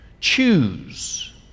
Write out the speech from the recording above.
Choose